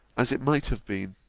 as it might have been.